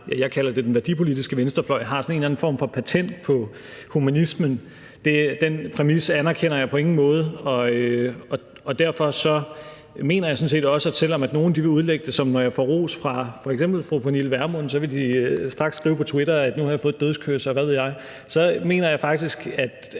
jeg kalder den værdipolitiske venstrefløj, har sådan en eller anden form for patent på humanismen. Den præmis anerkender jeg på ingen måde, og derfor mener jeg sådan set også, at selv om nogle straks vil skrive på Twitter og udlægge det sådan, at når jeg får ros fra f.eks. fru Pernille Vermund, så har jeg fået et dødskys, og hvad ved jeg, så mener jeg faktisk, at